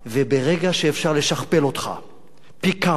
וברגע שאפשר לשכפל אותך פי-כמה,